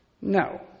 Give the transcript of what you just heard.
No